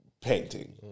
painting